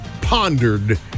pondered